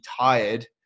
tired